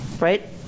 right